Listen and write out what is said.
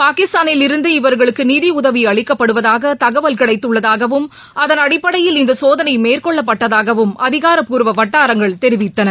பாகிஸ்தானில் இருந்து இவர்களுக்கு நிதியுதவி அளிக்கப்படுவதாக தகவல் கிடைத்துள்ளதாகவும் அதன் அடிப்படையில் இந்த சோதனை மேற்கொள்ளப்பட்டதாகவும் அதிகாரபூர்வ வட்டாரங்கள் தெரிவித்தன